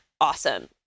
awesome